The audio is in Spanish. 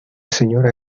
señora